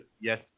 Yes